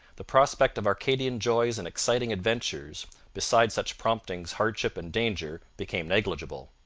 the prospect of arcadian joys and exciting adventures beside such promptings hardship and danger became negligible.